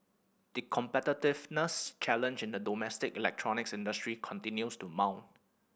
the competitiveness challenge in the domestic electronics industry continues to mount